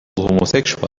homosexual